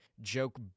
Joke